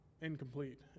incomplete